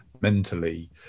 mentally